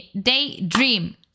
Daydream